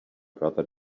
brother